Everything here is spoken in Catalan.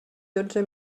dotze